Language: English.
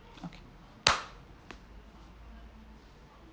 okay